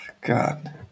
God